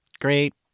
Great